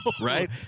Right